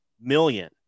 million